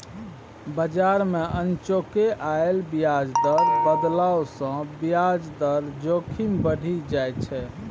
बजार मे अनचोके आयल ब्याज दर बदलाव सँ ब्याज दर जोखिम बढ़ि जाइत छै